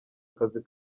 akazi